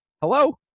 Hello